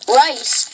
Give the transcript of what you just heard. rice